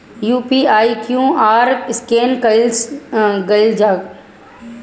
UPI QR scan कइसे कईल जा ला?